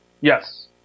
Yes